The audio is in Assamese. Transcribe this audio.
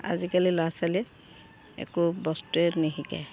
আজিকালি ল'ৰা ছোৱালী একো বস্তুৱে নিশিকে